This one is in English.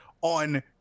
on